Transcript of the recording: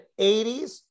80s